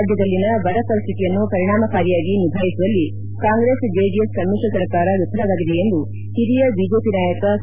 ರಾಜ್ಞದಲ್ಲಿನ ಬರಪರಿಸ್ಟಿತಿಯನ್ನು ಪರಿಣಾಮಕಾರಿಯಾಗಿ ನಿಭಾಯಿಸುವಲ್ಲಿ ಕಾಂಗ್ರೆಸ್ ಜೆಡಿಎಸ್ ಸಮಿಶ್ರ ಸರ್ಕಾರ ವಿಫಲವಾಗಿದೆ ಎಂದು ಹಿರಿಯ ಬಿಜೆಪಿ ನಾಯಕ ಕೆ